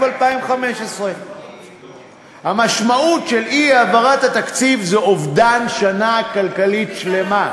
2015. המשמעות של אי-העברת התקציב היא אובדן שנה כלכלית שלמה.